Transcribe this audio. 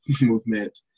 movement